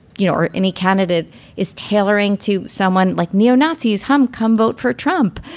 you know, or any candidate is tailoring to someone like neonazis hum. come vote for trump.